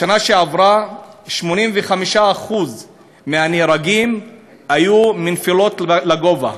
בשנה שעברה 85% מהנהרגים היו מנפילות מגובה.